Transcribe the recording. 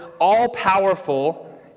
all-powerful